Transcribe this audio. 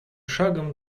шагом